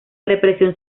represión